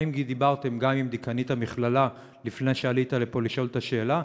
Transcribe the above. האם דיברתם גם עם דיקנית המכללה לפני שעלית לפה לתת את התשובה?